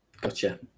Gotcha